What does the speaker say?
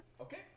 Okay